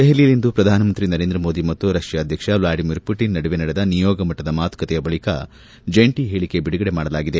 ದೆಹಲಿಯಲ್ಲಿಂದು ಪ್ರಧಾನಮಂತ್ರಿ ನರೇಂದ್ರ ಮೋದಿ ಮತ್ತು ರಷ್ಣಾ ಅಧ್ಯಕ್ಷ ವ್ಲಾಡಿಮೀರ್ ಪುಟಿನ್ ನಡುವೆ ನಡೆದ ನಿಯೋಗ ಮಟ್ಟದ ಮಾತುಕತೆಯ ಬಳಿಕ ಜಂಟಿ ಹೇಳಿಕೆ ಬಿಡುಗಡೆ ಮಾಡಲಾಗಿದೆ